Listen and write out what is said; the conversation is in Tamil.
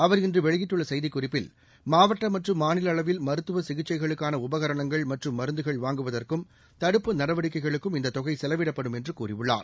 அவர் இன்று வெளியிட்டுள்ள செய்திக் குறிப்பில் மாவட்ட மற்றும் மாநில அளவில் மருத்துவ சிகிச்சைகளுக்கான உபகரணங்கள் மற்றும்மருந்துகள் வாங்குவதற்கும் தடுப்பு நடவடிக்கைகளுக்கும் இந்த தொகை செலவிடப்படும் என்று கூறியுள்ளார்